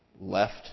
left